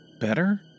Better